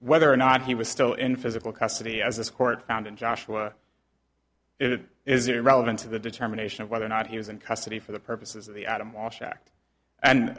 whether or not he was still in physical custody as this court found in joshua it is irrelevant to the determination of whether or not he was in custody for the purposes of the adam walsh act and